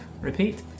Repeat